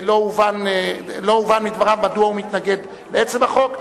לא הובן מדבריו מדוע הוא מתנגד לעצם החוק.